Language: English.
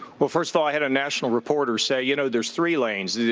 well, first of all, i had a national reporter say, you know, there's three lanes.